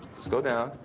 go down,